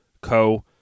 Co